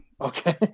Okay